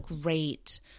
Great